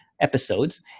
episodes